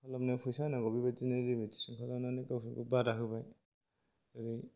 खालामनो फैसा होनांगौ बेबायदिनो लिमिट थिरांथा लानानै गावजोंगाव बादा होबाय ओरै